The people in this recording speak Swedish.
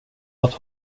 att